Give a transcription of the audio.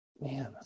man